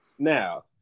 Now